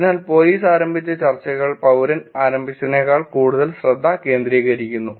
എന്നാൽ പോലീസ് ആരംഭിച്ച ചർച്ചകൾ പൌരൻ ആരംഭിച്ചതിനേക്കാൾ കൂടുതൽ ശ്രദ്ധ കേന്ദ്രീകരിക്കുന്നു